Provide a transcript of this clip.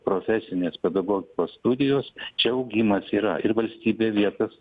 profesinės pedagogikos studijos čia augimas yra ir valstybė vietas